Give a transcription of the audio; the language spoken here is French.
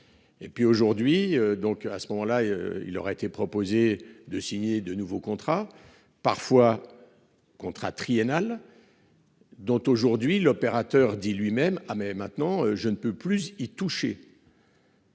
Et puis aujourd'hui donc à ce moment-là, il aurait été proposé de signer de nouveaux contrats parfois. Contrat triennal. Dont aujourd'hui l'opérateur dit lui-même ah mais maintenant je ne peux plus y toucher.